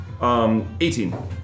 18